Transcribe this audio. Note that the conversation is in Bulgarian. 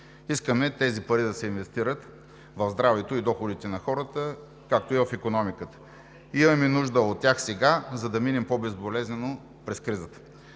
Искаме тези пари да се инвестират в здравето и доходите на хората, както и в икономиката. Имаме нужда от тях сега, за да минем по-безболезнено през кризата.